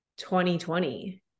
2020